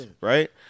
right